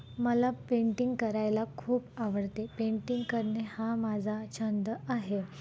मला पेंटिंग करायला खूप आवडते पेंटिंग करणे हा माझा छंद आहे